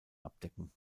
abdecken